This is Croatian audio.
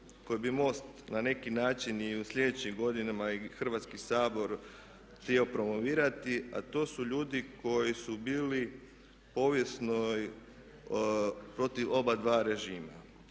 koje bi MOST na neki način i u sljedećim godinama i Hrvatski sabor htio promovirati, a to su ljudi koji su bili povijesno protiv oba dva režima.